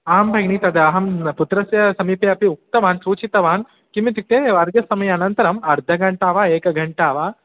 आं भगिनी तत् अहं पुत्रस्य समीपे अपि उक्तवान् सूचितवान् किम् इत्युक्ते वर्गसमय अनन्तरं अर्धघण्टा वा एकघण्टा वा